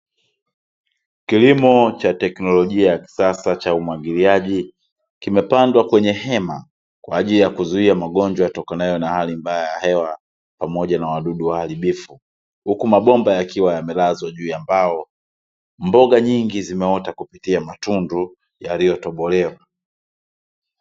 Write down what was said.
Kilimo cha teknolojia ya kisasa cha umwagiliaji, kimepandwa kwenye hema kwa ajili ya kuzuia magonjwa yatokanayo na hali mbaya ya hewa, pamoja na wadudu waharibifu huku mabomba yakiwa yamelazwa juu ya mbao, mboga nyingi zimeota kupitia matundu yaliyotobolewa.